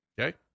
Okay